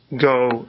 go